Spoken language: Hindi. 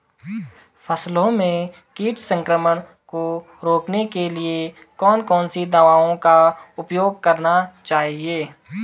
फसलों में कीट संक्रमण को रोकने के लिए कौन कौन सी दवाओं का उपयोग करना चाहिए?